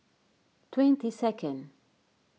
twenty second